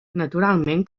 naturalment